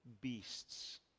beasts